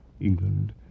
england